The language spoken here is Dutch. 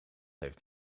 heeft